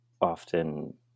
often